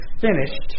finished